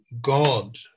God